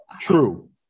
true